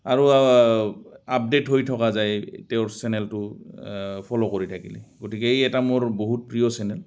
আৰু আপডে'ট হৈ থকা যায় তেওঁৰ চেনেলটো ফ'ল' কৰি থাকিলে গতিকে এই এটা মোৰ বহুত প্ৰিয় চেনেল